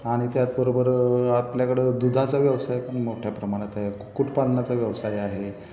आणि त्याचबरोबर आपल्याकडं दुधाचा व्यवसाय पण मोठ्या प्रमाणात आहे कुक्कुटपालनाचा व्यवसाय आहे